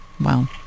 Wow